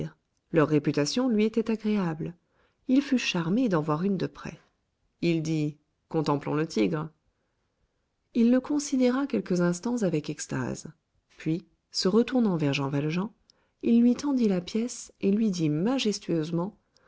leur réputation lui était agréable il fut charmé d'en voir une de près il dit contemplons le tigre il le considéra quelques instants avec extase puis se retournant vers jean valjean il lui tendit la pièce et lui dit majestueusement